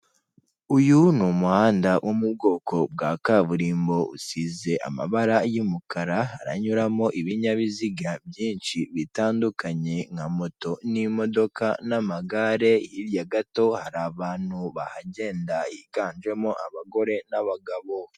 Uyu ni umuhanda wo mu bwoko bwa kaburimbo, usize amabara y'umukara, haranyuramo ibinyabiziga byinshi bitandukanye nka moto n'imodoka n'amagare, hirya gato, hari abantu bahagenda higanjemo abagore n'abagabo.